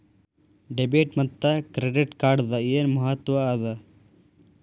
Debit ಮತ್ತ credit ಕಾರ್ಡದ್ ಏನ್ ಮಹತ್ವ ಅದ?